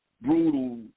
brutal